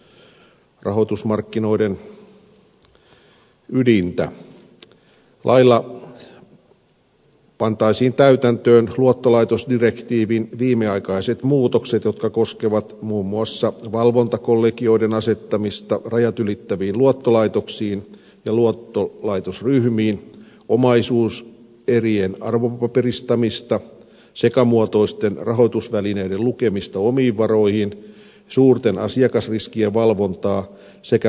lailla pantaisiin täytäntöön luottolaitosdirektiivin viimeaikaiset muutokset jotka koskevat muun muassa valvontakollegioiden asettamista rajat ylittäviin luottolaitoksiin ja luottolaitosryhmiin omaisuuserien arvo paperistamista sekamuotoisten rahoitusvälineiden lukemista omiin varoihin suurten asiakasriskien valvontaa sekä palkitsemispolitiikan valvontaa